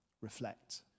Reflect